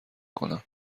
کنم